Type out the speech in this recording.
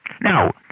Now